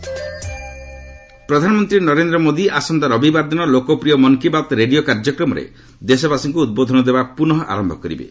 PM Mann Ki Baat ପ୍ରଧାନମନ୍ତ୍ରୀ ନରେନ୍ଦ୍ର ମୋଦି ଆସନ୍ତା ରବିବାର ଦିନ ଲୋକପ୍ରିୟ ମନ୍ କୀ ବାତ୍ ରେଡ଼ିଓ କାର୍ଯ୍ୟକ୍ରମରେ ଦେଶବାସୀଙ୍କୁ ଉଦ୍ବୋଧନ ଦେବା ପୁନଃ ଆରମ୍ଭ କରିବେ